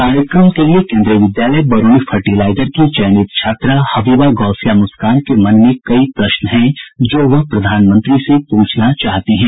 कार्यक्रम के लिए केंद्रीय विद्यालय बरौनी फर्टिलाइजर की चयनित छात्रा हबीबा गौसिया मुस्कान के मन में कई प्रश्न हैं जो वह प्रधानमंत्री से पूछना चाहती हैं